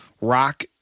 rock